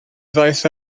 ddaeth